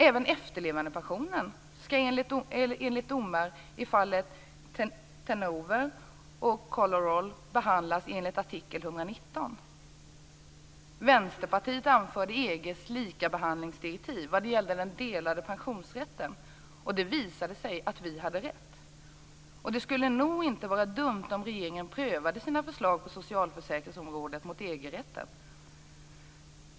Även efterlevandepensionen skall enligt domar i fallen Vänsterpartiet anförde EG:s likabehandlingsdirektiv vad gällde den delade pensionsrätten, och det visade sig att vi hade rätt. Det skulle nog inte vara så dumt om regeringen prövade sina förslag på socialförsäkringsområdet mot EG-rätten.